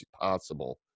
possible